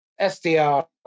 SDR